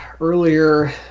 earlier